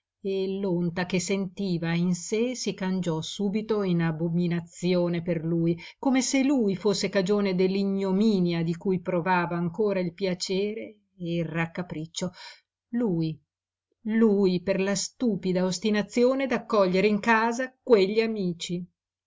e l'onta che sentiva in sé si cangiò subito in abominazione per lui come se lui fosse cagione dell'ignominia di cui provava ancora il piacere e il raccapriccio lui lui per la stupida ostinazione d'accogliere in casa quegli amici